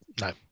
no